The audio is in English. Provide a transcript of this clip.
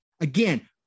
Again